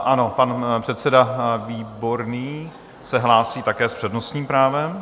Ano, pan předseda Výborný se hlásí také s přednostním právem.